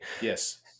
Yes